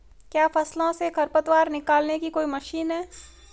क्या फसलों से खरपतवार निकालने की कोई मशीन है?